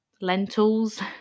lentils